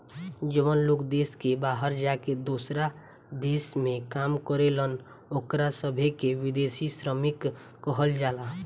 जवन लोग देश के बाहर जाके दोसरा देश में काम करेलन ओकरा सभे के विदेशी श्रमिक कहल जाला